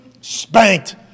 spanked